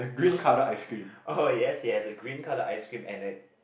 orh yes yes is a green colour ice cream and a